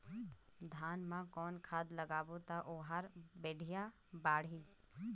धान मा कौन खाद लगाबो ता ओहार बेडिया बाणही?